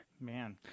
man